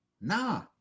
nah